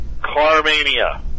Carmania